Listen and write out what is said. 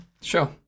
Sure